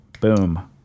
boom